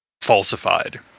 falsified